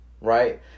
Right